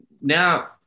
now